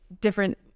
different